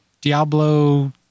Diablo